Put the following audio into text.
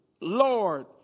Lord